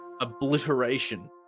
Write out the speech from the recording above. obliteration